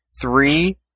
Three